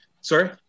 Sorry